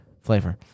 Flavor